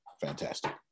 fantastic